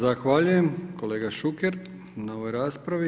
Zahvaljujem, kolega Šuker na ovoj raspravi.